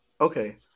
Okay